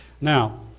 Now